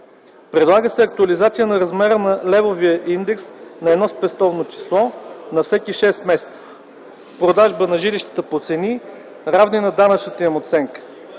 Предлага се актуализация на размера на левовия индекс на едно спестовно число на всеки 6 месеца, продажба на жилищата по цени, равни на данъчната им оценка,